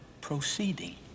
Proceeding